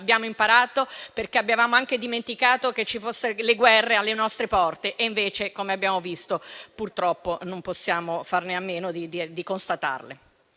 abbiamo imparato perché avevamo anche dimenticato che potesse esserci la guerra alle nostre porte e invece, come abbiamo visto, purtroppo non possiamo fare a meno di prenderne